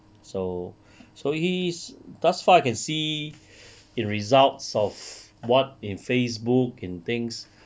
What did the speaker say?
so so he he's thus far I can see in results of what in facebook in things